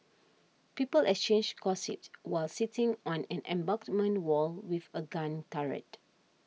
people exchanged gossip while sitting on an embankment wall with a gun turret